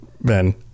Ben